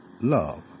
love